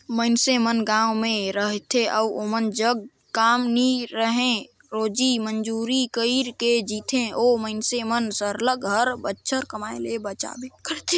मइनसे मन गाँव में रहथें अउ ओमन जग काम नी रहें रोजी मंजूरी कइर के जीथें ओ मइनसे मन सरलग हर बछर कमाए ले जाबेच करथे